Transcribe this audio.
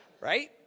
right